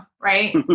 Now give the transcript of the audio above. right